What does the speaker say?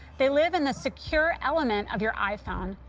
they live in the secure element of your iphone,